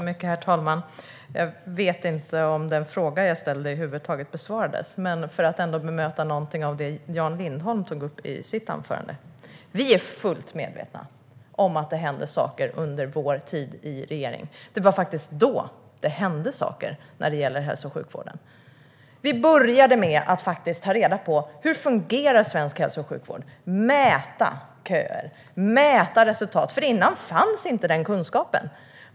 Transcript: Herr talman! Jag vet inte om den fråga jag ställde över huvud taget besvarades. Men för att bemöta någonting av det som Jan Lindholm tog upp vill jag säga att vi är fullt medvetna om att det hände saker under vår tid i regeringsställning. Det var faktiskt då som det hände saker gällande hälso och sjukvården. Vi började med att ta reda på hur svensk hälso och sjukvård fungerar. Vi började mäta köer och resultat. Innan dess fanns inte den kunskapen.